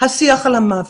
השיח על המוות.